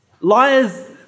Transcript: Liars